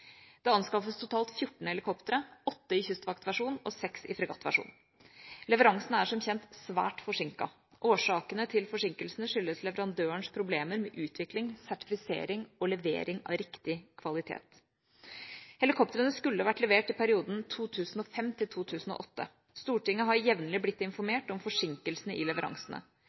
Det anskaffes totalt fjorten helikoptre, åtte i kystvaktversjon og seks i fregattversjon. Leveransene er som kjent svært forsinket. Årsakene til forsinkelsene er leverandørens problemer med utvikling, sertifisering og levering av riktig kvalitet. Helikoptrene skulle vært levert i perioden 2005–2008. Stortinget har jevnlig blitt informert om forsinkelsene i leveransene.